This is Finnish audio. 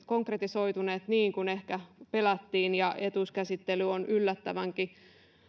konkretisoituneet niin kuin ehkä pelättiin ja etuuskäsittely on yllättävänkin